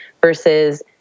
versus